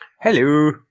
Hello